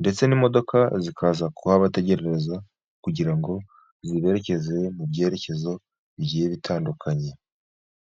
ndetse n'imodoka zikaza kuhabategereza, kugira ngo zibererekeze mu byerekezo bigiye bitandukanye.